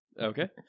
Okay